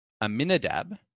Aminadab